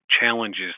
challenges